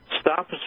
stop